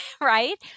right